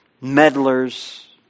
meddlers